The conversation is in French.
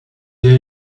est